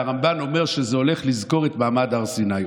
והרמב"ן אומר שזה הולך על לזכור את מעמד הר סיני.